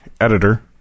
editor